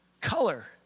color